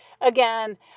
again